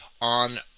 on